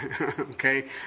Okay